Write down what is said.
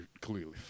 clearly